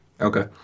Okay